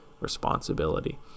responsibility